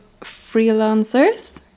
freelancers